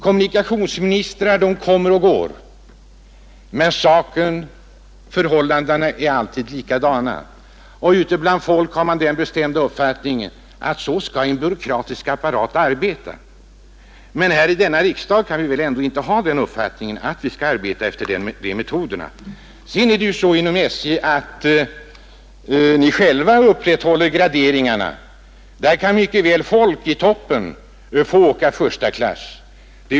Kommunikationsministrar kommer och går, men saker och ting blir vid det gamla. Folket bibringas den uppfattningen att en byråkratisk apparat skall fungera så. Men här i riksdagen kan vi väl ändå inte arbeta efter de metoderna. Inom SJ upprätthåller ni själva graderingarna. Där kan mycket väl folk i toppen få åka första klass.